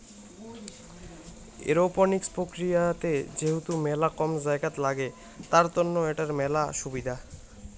aeroponics প্রক্রিয়াতে যেহেতু মেলা কম জায়গাত লাগে, তার তন্ন এটার মেলা সুবিধা